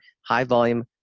high-volume